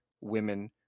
women